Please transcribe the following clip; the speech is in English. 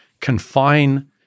confine